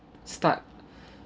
start